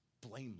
blameless